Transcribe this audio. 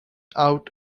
out